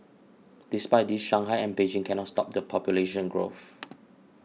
despite this Shanghai and Beijing cannot stop the population growth